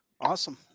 Awesome